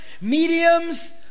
mediums